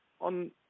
On